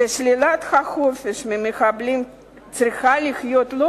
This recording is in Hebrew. ששלילת החופש ממחבלים צריכה להיות לא